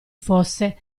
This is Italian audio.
fosse